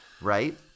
right